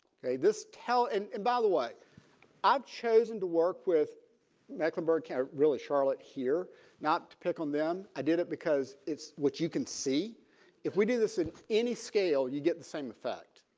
this tell and and by the way i've chosen to work with mecklenburg county really charlotte here not to pick on them. i did it because it's what you can see if we do this at any scale. you get the same effect.